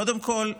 קודם כול,